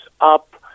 up